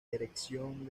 erección